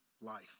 life